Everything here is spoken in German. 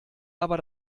aber